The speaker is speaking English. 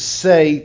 say